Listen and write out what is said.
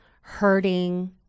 hurting